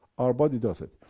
our body does it.